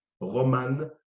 Roman